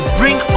bring